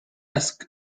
desk